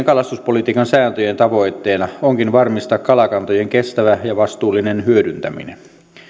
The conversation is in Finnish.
kalastuspolitiikan sääntöjen tavoitteena onkin varmistaa kalakantojen kestävä ja vastuullinen hyödyntäminen